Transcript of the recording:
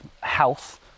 health